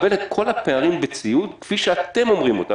לקבל את כל הפערים בציוד כפי שאתם אומרים אותם,